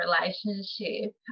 relationship